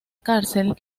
cárcel